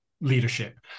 leadership